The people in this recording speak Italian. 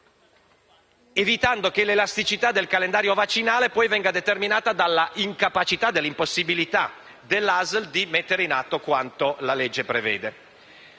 evitando che l'elasticità del calendario vaccinale venisse determinata dall'incapacità e dall'impossibilità dell'ASL di mettere in atto quanto la legge prevede.